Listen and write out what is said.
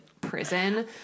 prison